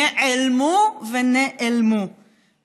נעלמו ונאלמו,